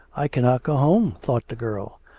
i cannot go home thought the girl,